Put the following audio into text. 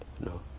no